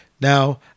Now